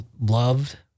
loved